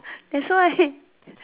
that's why